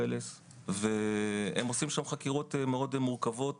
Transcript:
פלס והם עושים שם חקירות מורכבות מאוד,